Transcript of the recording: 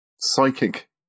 psychic